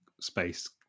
space